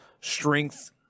strength